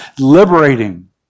liberating